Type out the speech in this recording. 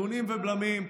איזונים ובלמים,